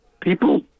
people